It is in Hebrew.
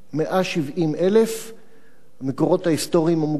170,000. המקורות ההיסטוריים המוכרים